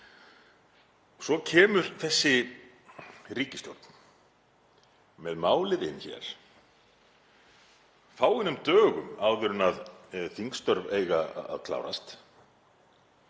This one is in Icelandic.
Svo kemur þessi ríkisstjórn með málið inn hér fáeinum dögum áður en þingstörf eiga að klárast,